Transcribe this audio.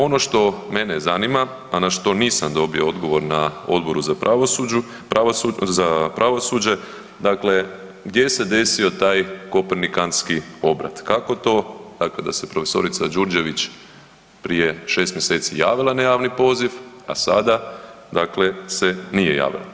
Ono što mene zanima, a na što nisam dobio odgovor na Odboru za pravosuđe, dakle gdje se desio taj Kopernikantski obrat, kako to dakle da se prof. Đurđević prije 6 mjeseci javila na javni poziv, a sada dakle se nije javila.